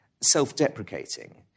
self-deprecating